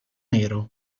nero